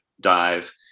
dive